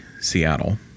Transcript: Seattle